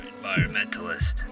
environmentalist